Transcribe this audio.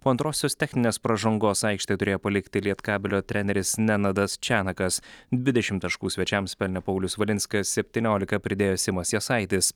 po antrosios techninės pražangos aikštę turėjo palikti lietkabelio treneris nenadas čenakas dvidešim taškų svečiams pelnė paulius valinskas septyniolika pridėjo simas jasaitis